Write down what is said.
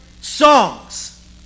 Songs